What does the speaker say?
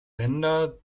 länder